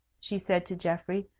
she said to geoffrey,